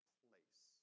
place